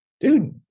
dude